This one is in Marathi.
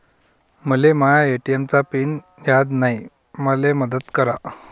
मले माया ए.टी.एम चा पिन याद नायी, मले मदत करा